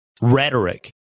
rhetoric